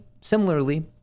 similarly